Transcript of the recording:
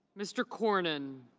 mr. cornyn.